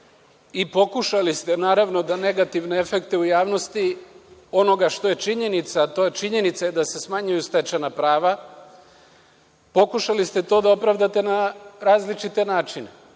i pokušali ste, naravno, da negativne efekte u javnosti, onoga što je činjenica, a činjenica je da se smanjuju stečena prava, pokušali ste to da opravdate na različite načine.